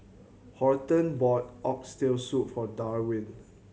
Horton bought Oxtail Soup for Darwyn